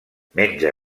menja